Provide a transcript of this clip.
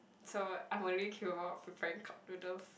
so I only care about preparing cup noodles